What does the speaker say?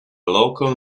local